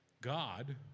God